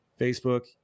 Facebook